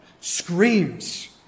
screams